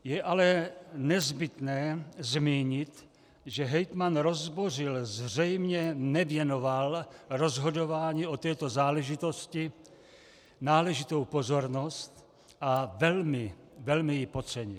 Je ale nezbytné zmínit, že hejtman Rozbořil zřejmě nevěnoval rozhodování o této záležitosti náležitou pozornost a velmi, velmi ji podcenil.